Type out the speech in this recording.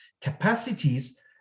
capacities